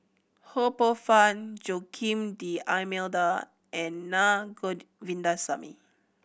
Ho Poh Fun Joaquim D'Almeida and Na Govindasamy